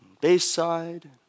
Bayside